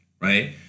right